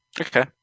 Okay